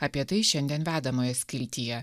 apie tai šiandien vedamojo skiltyje